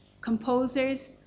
composers